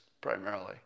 primarily